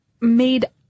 made